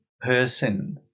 person